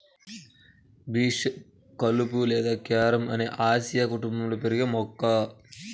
bishop కలుపు లేదా carom అనేది అపియాసి కుటుంబంలో పెరిగే మొక్క